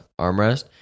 armrest